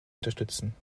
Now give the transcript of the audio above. unterstützen